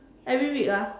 every week ah